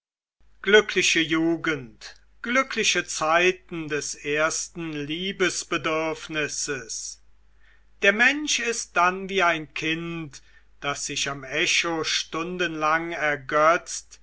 glückliche jugend glückliche zeiten des ersten liebesbedürfnisses der mensch ist dann wie ein kind das sich am echo stundenlang ergötzt